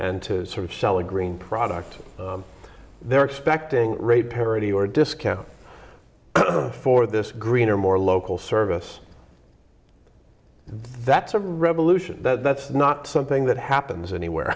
and to sort of sell a green product they're expecting rate parity or discount for this green or more local service that's a revolution that's not something that happens anywhere